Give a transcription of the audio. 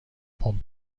پمپ